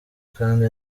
kandi